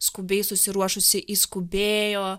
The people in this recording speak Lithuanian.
skubiai susiruošusi išskubėjo